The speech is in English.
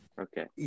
okay